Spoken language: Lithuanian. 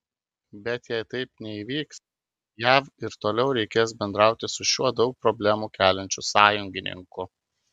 bet jei taip neįvyks jav ir toliau reikės bendrauti su šiuo daug problemų keliančiu sąjungininku